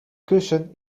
kussen